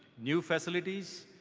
new facilities,